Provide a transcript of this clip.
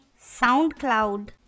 SoundCloud